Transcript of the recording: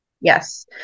Yes